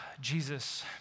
Jesus